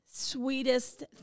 sweetest